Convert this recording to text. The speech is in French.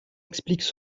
expliquent